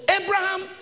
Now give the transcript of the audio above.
Abraham